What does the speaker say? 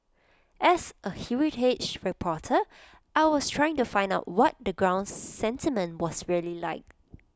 as A heritage reporter I was trying to find out what the ground sentiment was really like